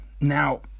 now